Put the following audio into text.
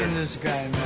and this guy.